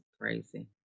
crazy